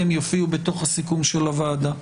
הם יופיעו בסיכום של הוועדה.